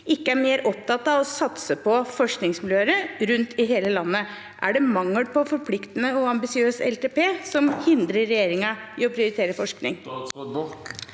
ikke er mer opptatt av å satse på forskningsmiljøer rundt om i hele landet. Er det mangel på en forpliktende og ambisiøs LTP som hindrer regjeringen i å prioritere forskning?